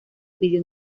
pidió